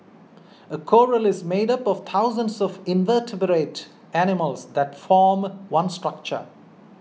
a coral is made up of thousands of invertebrate animals that form one structure